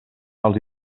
els